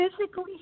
physically